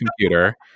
computer